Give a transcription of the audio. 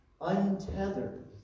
untethered